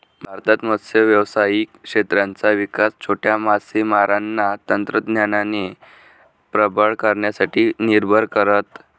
भारतात मत्स्य व्यावसायिक क्षेत्राचा विकास छोट्या मासेमारांना तंत्रज्ञानाने प्रबळ करण्यासाठी निर्भर करत